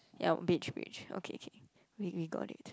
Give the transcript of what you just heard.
ya beige beige okay okay we we got it